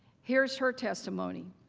here is her testimony.